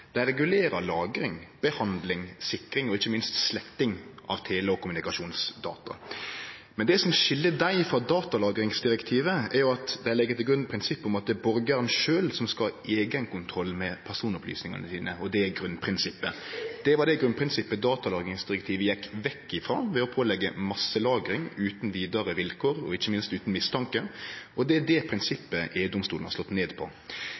regulerer lagring, behandling, sikring og ikkje minst sletting av tele- og kommunikasjonsdata. Men det som skil dei frå datalagringsdirektivet, er at dei legg til grunn prinsippet om at det er borgaren sjølv som skal ha eigenkontroll med personopplysningane sine, og at det er grunnprinsippet. Det var det grunnprinsippet datalagringsdirektivet gjekk vekk frå ved å påleggje masselagring utan vidare vilkår, og ikkje minst utan mistanke, og det er det prinsippet EU-domstolen har slått ned på.